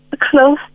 Close